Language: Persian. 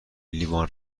لیوان